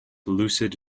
lucid